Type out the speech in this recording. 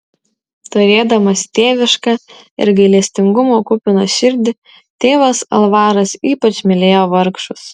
turėdamas tėvišką ir gailestingumo kupiną širdį tėvas alvaras ypač mylėjo vargšus